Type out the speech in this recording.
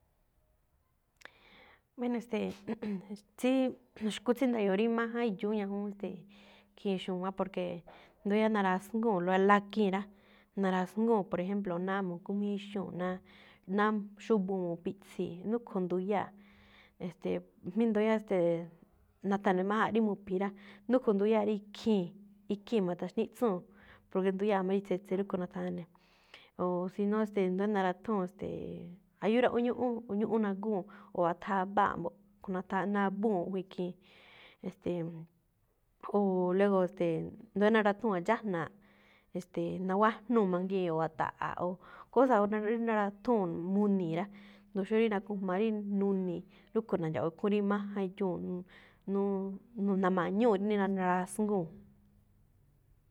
Bueno, e̱ste̱e̱, tsí xkú tsí nda̱yo̱o̱ rí máján idxúun ñajúún, ste̱e̱ khiin xu̱wán, porque ndóo yáá narasngúu̱n lá lákui̱n rá, narasngúu̱n. Por ejemplo ná mugó-míxúun, ná ná xúbúu̱n mu̱piꞌtsii̱, núkho̱ nduyáa. E̱ste̱e̱, mí nduyáá ste̱e̱ nathane̱-májáanꞌ rí mu̱phi̱i̱ rá, núko̱ nduyáa̱ rí ikhii̱n, ikhii̱n ma̱ta̱xníꞌtsúu̱n, porque nduyáa̱ máꞌ rí tsetse rúꞌkho̱ nathane̱. O si no ste̱e̱ ndo̱ó narathúu̱n, ste̱e̱: ayu- áraꞌún ñúꞌún, ñúꞌún nagúu̱n. O athabáaꞌ mbo̱ꞌ. Kho̱ꞌ nabúu̱n júꞌ ikhii̱n. E̱ste̱e̱, o luego, ste̱e̱, ndo̱ó narathúu̱n a̱dxáꞌna̱aꞌ, e̱ste̱e̱ naguájnúu̱ mangii̱n, o a̱ta̱ꞌa̱a̱. O kósa̱ rí narathúu̱n muni̱i̱ rá, jndóo xó rí nakujma rí nuni̱i̱, rúꞌkho̱ na̱ndxa̱ꞌwo̱o̱ ikhúún rí máján idxúu̱n, nu- nu- na̱ma̱ñúu̱ rí ni- narasngúu̱n.